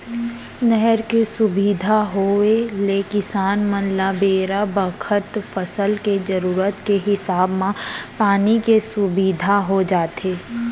नहर के सुबिधा होय ले किसान मन ल बेरा बखत फसल के जरूरत के हिसाब म पानी के सुबिधा हो जाथे